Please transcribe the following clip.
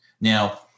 Now